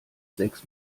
sechs